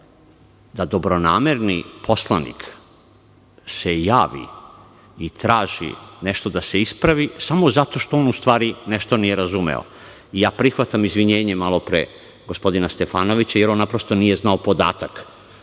da dobronamerni poslanik se javi i traži nešto da se ispravi samo zato što on u stvari nešto nije razumeo. Prihvatam izvinjenje malo pre gospodina Stefanovića, jer on naprosto nije znao podatak